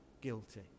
guilty